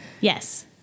Yes